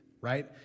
right